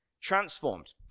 transformed